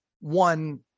one